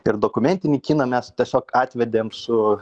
ir dokumentinį kiną mes tiesiog atvedėm su